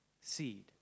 seed